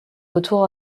retour